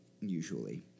usually